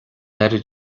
oiread